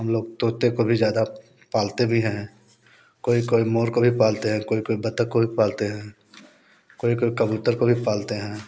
हम लोग तोते को भी ज़्यादा पालते भी हैं कोई कोई मोर को भी पालते हैं कोई कोई बतख को भी पालते हैं कोई कोई कबूतर को भी पालते हैं